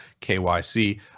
KYC